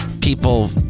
People